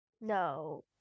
No